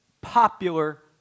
popular